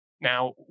Now